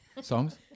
Songs